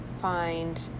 find